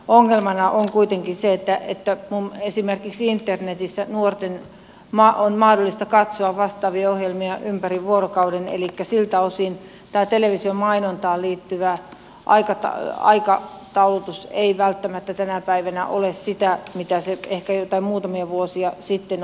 ongelmana on kuitenkin se että esimerkiksi internetissä nuorten on mahdollista katsoa vastaavia ohjelmia ympäri vuorokauden elikkä siltä osin tämä televisiomainontaan liittyvä aikataulutus ei välttämättä tänä päivänä ole sitä mitä se ehkä muutamia vuosia sitten oli